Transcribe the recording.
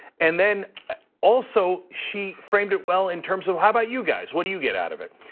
and then also, she framed it well in terms of, how about you, guys, what do you get out of it?